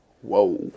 Whoa